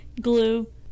Glue